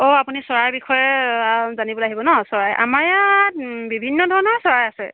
অঁ আপুনি চৰাই বিষয়ে জানিবলৈ আহিব ন চৰাই আমাৰ ইয়াত বিভিন্ন ধৰণৰ চৰাই আছে